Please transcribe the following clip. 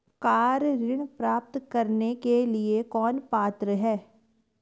Car ऋण प्राप्त करने के लिए कौन पात्र है?